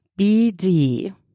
BD